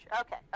Okay